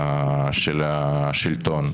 של השלטון,